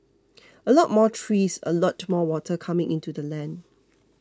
a lot more trees a lot more water coming into the land